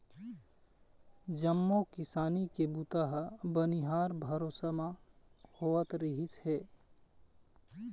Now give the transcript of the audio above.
जम्मो किसानी के बूता ह बनिहार भरोसा म होवत रिहिस हे